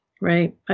right